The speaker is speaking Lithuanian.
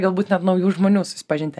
galbūt net naujų žmonių susipažinti